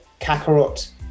Kakarot